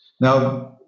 Now